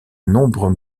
nombreux